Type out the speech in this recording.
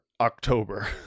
october